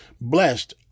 Blessed